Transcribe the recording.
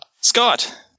Scott